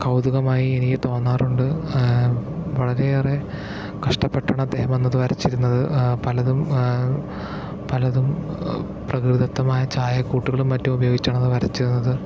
കൗതുകമായി എനിക്ക് തോന്നാറുണ്ട് വളരെയേറെ കഷ്ടപ്പെട്ടാണ് അദ്ദേഹം അന്നത് വരച്ചിരുന്നത് പലതും പലതും പ്രകൃതിദത്തമായ ഛായക്കൂട്ടുകളും മറ്റും ഉപയോഗിച്ചാണ് അത് വരച്ചിരുന്നത്